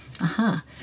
Aha